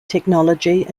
technology